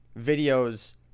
videos